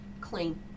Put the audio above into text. clean